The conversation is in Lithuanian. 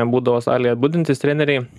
būdavo salėje budintys treneriai